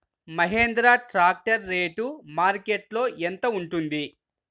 Mahindra tractor rate మార్కెట్లో యెంత ఉంటుంది?